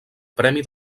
premi